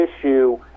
issue